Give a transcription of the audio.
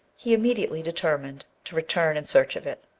he immediately determined to return in search of it.